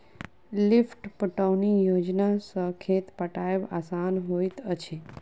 lift पटौनी योजना सॅ खेत पटायब आसान होइत अछि